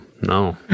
no